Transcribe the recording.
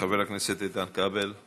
חבר הכנסת איתן כבל,